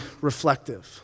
reflective